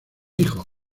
hijos